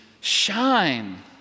shine